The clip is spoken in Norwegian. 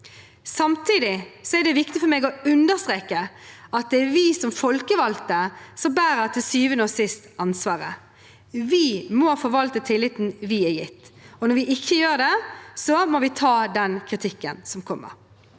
Samtidig er det viktig for meg å understreke at det er vi som folkevalgte som til syvende og sist bærer ansvaret. Vi må forvalte tilliten vi er gitt, og når vi ikke gjør det, må vi ta den kritikken som kommer.